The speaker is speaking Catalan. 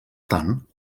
tant